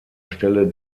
stelle